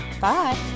Bye